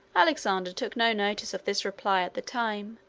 alexander took no notice of this reply at the time,